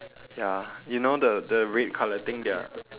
ya you know the the red color thing their